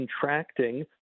contracting